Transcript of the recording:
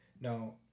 Now